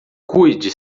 cuide